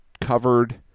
covered